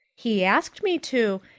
he asked me to,